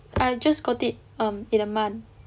I just got it um in a month